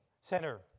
center